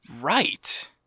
right